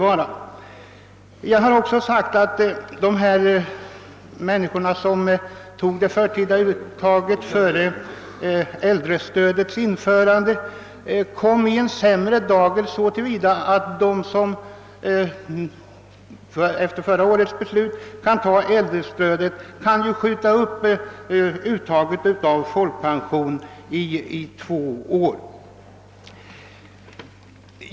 Vidare har jag framhållit att de människor som tog ut pensionen i förtid före äldrestödets införande kom i ett sämre läge än de människor som efter förra årets beslut kan erhålla äldrestöd och skjuta upp uttaget av folkpensionen i två år.